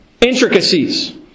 intricacies